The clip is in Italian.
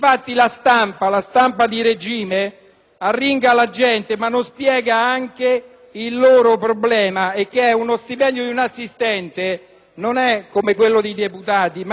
il loro problema, che lo stipendio di un assistente di volo non è come quello dei deputati, ma è di 1.200 euro, eppure servono questa compagnia. Non sanno neanche